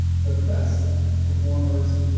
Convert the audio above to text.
the best performers,